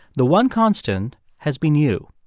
the one constant has been you.